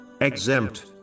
exempt